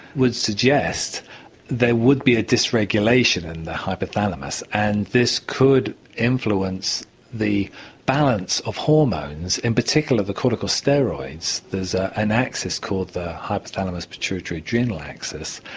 would suggest there would be a disregulation in the hypothalamus. and this could influence the balance of hormones, in particular the corticosteroids, there's an axis called the hypothalamus pituitary adrenal axis,